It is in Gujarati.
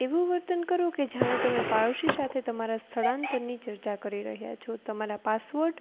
એવું વર્તન કરો કે જાણે તમે પાડોશી સાથે તમારા સ્થળાંતરની ચર્ચા કરી રહ્યા છો તમારા પાસપોર્ટ